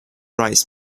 rights